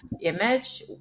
image